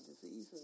disease